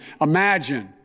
Imagine